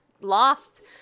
lost